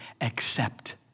accept